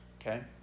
Okay